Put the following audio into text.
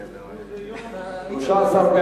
להעביר את הצעת חוק הביטוח הלאומי (תיקון מס' 122),